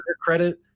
credit